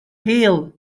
hill